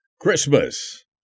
Christmas